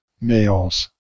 males